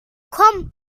komm